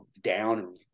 down